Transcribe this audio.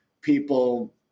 people